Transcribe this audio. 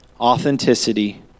authenticity